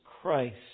Christ